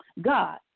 God